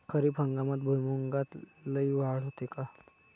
खरीप हंगामात भुईमूगात लई वाढ होते का?